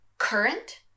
current